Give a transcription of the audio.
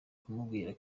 kumubwira